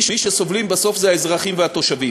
מי שסובלים ממנה בסוף אלה האזרחים והתושבים.